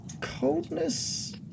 coldness